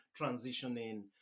transitioning